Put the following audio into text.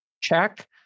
check